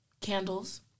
Candles